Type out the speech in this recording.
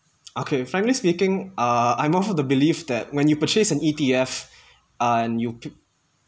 okay frankly speaking uh I'm of the belief that when you purchase an E_T_F and you